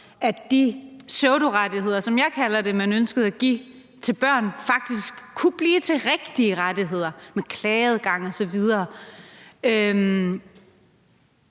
at de pseudorettigheder, som jeg kalder dem, man ønskede at give børn faktisk kunne blive til rigtige rettigheder, med klageadgang osv. Er